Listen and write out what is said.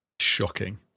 Shocking